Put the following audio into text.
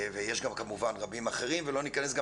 הרי יש גם כמובן רבים אחרים ולא ניכנס גם